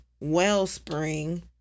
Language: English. wellspring